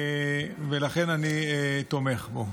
ולכן אני תומך בו.